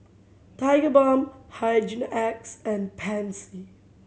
Tigerbalm Hygin X and Pansy